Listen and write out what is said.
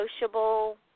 negotiable